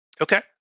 Okay